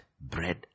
bread